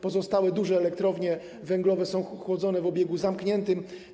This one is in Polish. Pozostałe duże elektrownie węglowe są chłodzone w obiegu zamkniętym.